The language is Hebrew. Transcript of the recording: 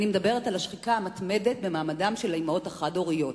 אני מדברת על השחיקה המתמדת במעמדן של האמהות החד-הוריות,